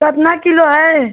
केतना किलो है